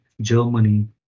Germany